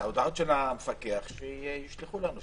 אפשר שאת הודעות המפקח יישלחו לנו,